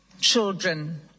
children